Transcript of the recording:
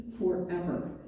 forever